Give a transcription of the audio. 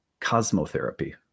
cosmotherapy